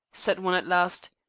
said one at last.